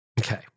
Okay